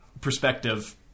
perspective